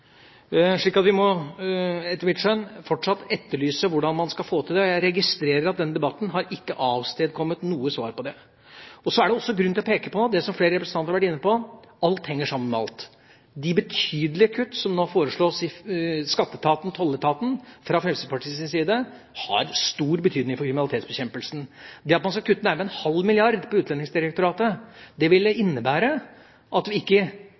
etter mitt skjønn må vi fortsatt etterlyse hvordan man skal få til det. Jeg registrerer at denne debatten ikke har avstedkommet noe nytt. Så er det også grunn til å peke på det som flere representanter har vært inne på, alt henger sammen med alt. De betydelige kuttene som nå foreslås i Skatteetaten og Tolletaten fra Fremskrittspartiets side, har stor betydning for kriminalitetsbekjempelsen. Det at man skal kutte nærmere en halv milliard kroner for Utlendingsdirektoratet, ville innebære at vi ikke